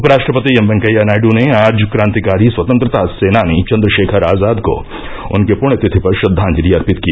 उपराष्ट्रपति एम वेंकैया नायड् ने आज क्रांतिकारी स्वतंत्रता सेनानी चन्द्रशेखर आजाद को उनकी पुण्यतिथि पर श्रद्वांजलि अर्पित की